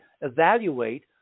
evaluate